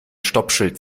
stoppschild